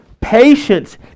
patience